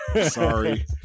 sorry